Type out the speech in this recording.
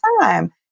time